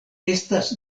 estas